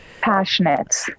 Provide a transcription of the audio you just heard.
passionate